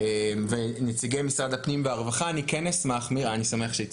ונציגי משרד הפנים והרווחה אני אשמח לשמוע עוד